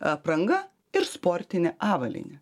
apranga ir sportinė avalynė